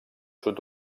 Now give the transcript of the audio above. sud